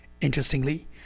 Interestingly